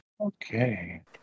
Okay